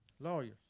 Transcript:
Lawyers